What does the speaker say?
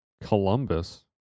Columbus